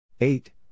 Eight